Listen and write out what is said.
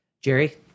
Jerry